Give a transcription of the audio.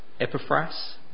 Epiphras